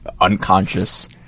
unconscious